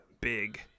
big